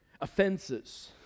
offenses